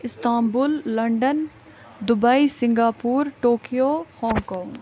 Istanbul London Dubai Singapore Tokyo Hong Kong